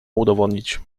udowodnić